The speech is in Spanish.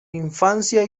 infancia